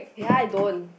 ya I don't